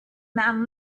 man